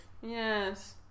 yes